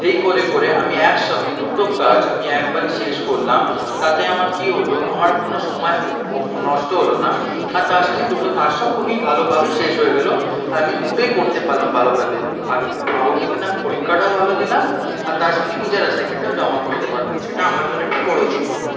এই করে করে আমি একসঙ্গে দুটো কাজ আমি একবারে শেষ করলাম তাতে আমার কি হলো আমার কোনো সময় নষ্ট হলো না আর তার সঙ্গে দুটো কাজটা খুবই ভালোভাবে শেষ হয়ে গেলো আর আমি দুটোই করতে পারলাম ভালোভাবে আগামী দিনে আমি পরীক্ষাটাও ভালো দিলাম আর তার সঙ্গে নিজের অ্যাসাইনমেন্টটাও জমা করতে পারলাম সেটা আমার জন্যে একটা বড় জিনিস ছিলো